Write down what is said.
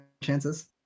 chances